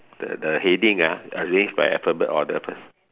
the the heading ah arrange by alphabet order first